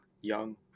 young